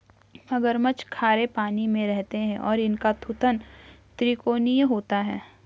मगरमच्छ खारे पानी में रहते हैं और इनका थूथन त्रिकोणीय होता है